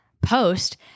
post